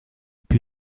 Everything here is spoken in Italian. più